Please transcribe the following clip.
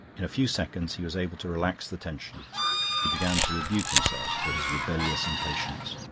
in a few seconds he was able to relax the tension he began to rebuke himself for his rebellious impatience.